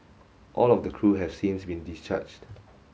all of the crew have since been discharged